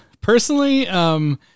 Personally